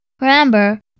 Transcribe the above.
Remember